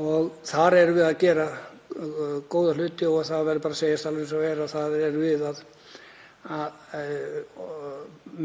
og þar erum við að gera góða hluti. Það verður bara að segjast eins og er að þar erum við